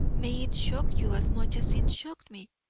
may it shock you as much as it shocked me.